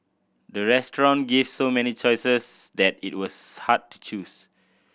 the restaurant gave so many choices that it was hard to choose